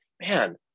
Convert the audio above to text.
man